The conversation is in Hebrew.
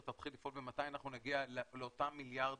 תתחיל לפעול ומתי אנחנו נגיע לאותם מיליארד